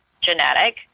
genetic